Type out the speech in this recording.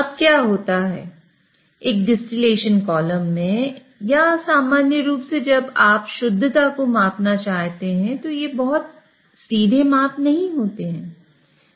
अब क्या होता है एक डिस्टलेशन कॉलम में या सामान्य रूप से जब आप शुद्धता को मापना चाहते हैं तो ये बहुत सीधे माप नहीं होते हैं